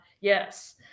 Yes